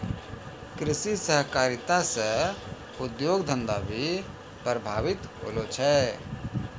कृषि सहकारिता से उद्योग धंधा भी प्रभावित होलो छै